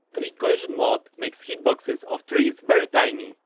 tree collision mod, makes hitboxes of trees very tiny.